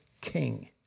king